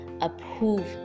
approve